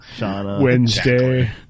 Wednesday